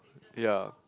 ya